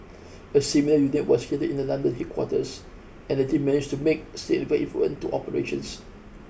a similar unit was created in the London headquarters and the team managed to make improvement to operations